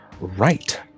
right